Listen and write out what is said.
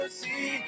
see